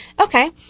Okay